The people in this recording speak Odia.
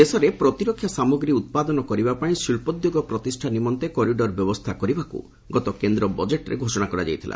ଦେଶରେ ପ୍ରତିରକ୍ଷା ସାମଗ୍ରୀ ଉତ୍ପାଦନ କରିବା ପାଇଁ ଶିଳ୍ପଦ୍ୟୋଗ ପ୍ରତିଷ୍ଠା ନିମନ୍ତେ କରିଡର ବ୍ୟବସ୍ଥା କରିବାକୁ ଗତ କେନ୍ଦ୍ର ବଜେଟ୍ରେ ଘୋଷଣା କରାଯାଇଥିଲା